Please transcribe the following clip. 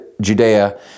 Judea